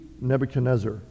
nebuchadnezzar